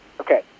Okay